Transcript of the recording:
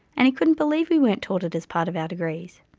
and he couldn't believe we weren't taught it as part of our degrees.